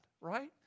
right